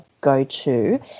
go-to